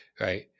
right